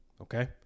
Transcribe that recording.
okay